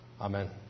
Amen